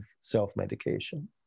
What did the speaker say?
self-medication